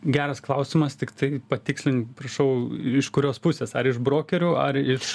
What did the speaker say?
geras klausimas tiktai patikslink prašau iš kurios pusės ar iš brokerių ar iš